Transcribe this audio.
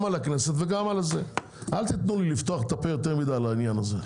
אל תיתנו לי לפתוח את הפה יותר מדי בעניין הזה.